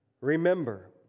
Remember